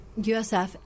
USF